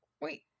Wait